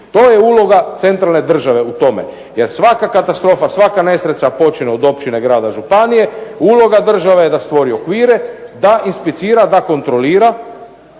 To je uloga centralne države u tome. Jer svaka katastrofa svaka nesreće počinje od općine, grada, županije, uloga države je da stvori okvire da inspicira, da kontrolira